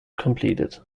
completed